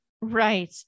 Right